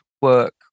work